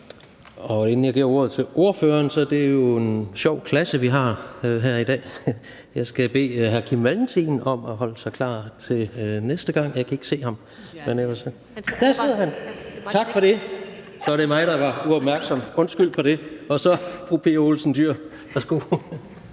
Inden jeg giver ordet til ordføreren, vil jeg sige, at det jo er en sjov klasse, vi har her i dag. Og jeg skal bede hr. Kim Valentin at holde sig klar til næste omgang spørgsmål, og jeg kan ikke se ham – jo, der sidder han. Tak for det. Så var det mig, der var uopmærksom, undskyld. Værsgo til fru Pia Olsen Dyhr. Kl.